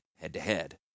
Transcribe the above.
head-to-head